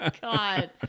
God